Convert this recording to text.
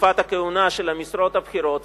תקופת הכהונה במשרות הבכירות,